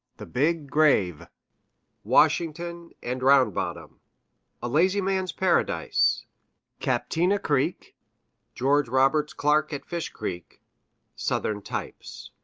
the big grave washington and round bottom a lazy man's paradise captina creek george rogers clark at fish creek southern types.